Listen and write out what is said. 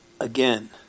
Again